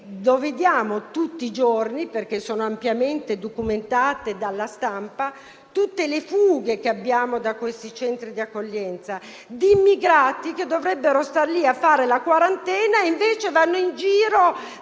lo vediamo tutti i giorni, perché sono ampiamente documentate dalla stampa tutte le fughe da questi centri di accoglienza di immigrati che dovrebbero star lì a fare la quarantena e invece vanno in giro